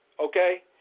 okay